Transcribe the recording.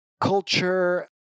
culture